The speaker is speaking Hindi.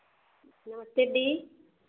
नमस्ते दी